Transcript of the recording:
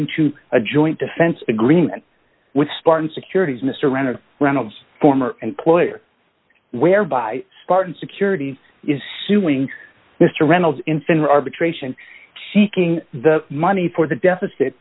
into a joint defense agreement with spartan securities mr reynolds reynolds former employer whereby spartan security is suing mr reynolds in finra arbitration seeking the money for the deficit